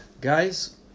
Guys